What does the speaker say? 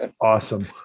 Awesome